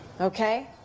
Okay